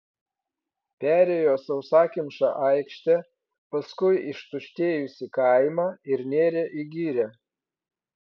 perėjo sausakimšą aikštę paskui ištuštėjusį kaimą ir nėrė į girią